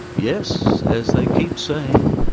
yes, as they keep saying,